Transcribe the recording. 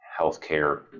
healthcare